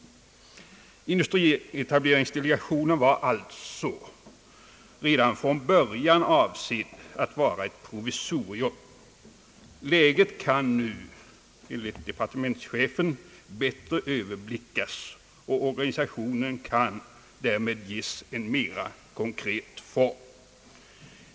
Industrietableringsdelegationen var alltså redan från början avsedd att vara ett provisorium. Enligt departementschefen kan läget nu bättre överblickas och organisationen därmed ges en mera konkret form.